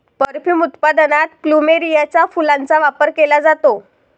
perfume उत्पादनात प्लुमेरियाच्या फुलांचा वापर केला जातो